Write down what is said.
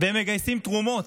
הם מגייסים תרומות,